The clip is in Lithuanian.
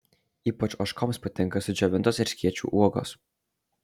ypač ožkoms patinka sudžiovintos erškėčių uogos